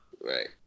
right